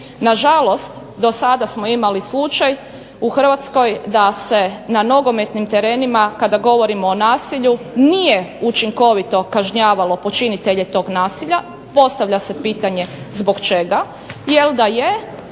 Nažalost, do sada smo imali slučaj u Hrvatskoj da se na nogometnim terenima kada govorimo o nasilju nije učinkovito kažnjavalo počinitelje tog nasilja. Postavlja se pitanje zbog čega, jer da je